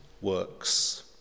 works